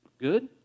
good